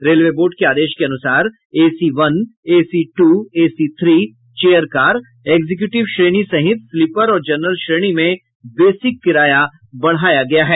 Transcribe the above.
railway board के आदेश के अनुसार AC one AC two AC three chair car executive श्रेणी सहित स्लीपर और जनरल श्रेणी में बेसिक किराया बढ़ाया गया है